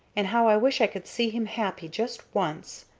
and how i wish i could see him happy just once!